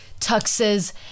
tuxes